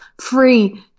free